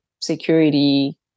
security